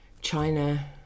China